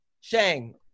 Shang